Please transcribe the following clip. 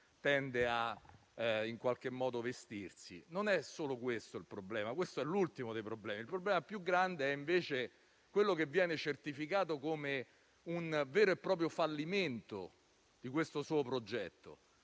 tende in qualche modo a vestirsi. Ma non è solo questo il problema; questo è l'ultimo dei problemi. Il problema più grande è invece quello che viene certificato come un vero e proprio fallimento di questo suo progetto.